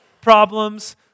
problems